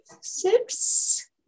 six